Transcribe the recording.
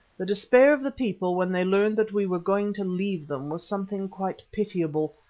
the despair of the people when they learned that we were going to leave them was something quite pitiable.